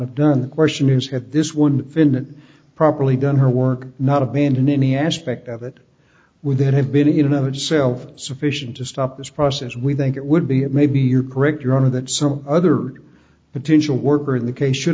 have done the question is had this one been properly done her work not abandon any aspect of it would that have been even of itself sufficient to stop this process we think it would be and maybe you're correct your honor that some other potential worker in the case should